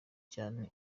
cyane